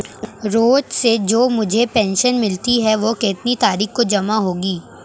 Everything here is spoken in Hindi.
रोज़ से जो मुझे पेंशन मिलती है वह कितनी तारीख को जमा होगी?